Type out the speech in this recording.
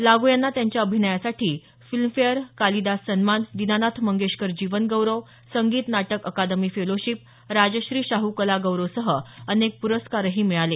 लागू यांना त्यांच्या अभिनयासाठी फिल्मफेअर कालिदास सन्मान दीनानाथ मंगेशकर जीवनगौरव संगीत नाटक अकादमी फेलोशिप राजश्री शाहू कला गौरवसह अनेक प्रस्कारही मिळाले